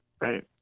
right